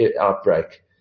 outbreak